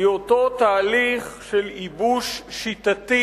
היא אותו תהליך של ייבוש שיטתי,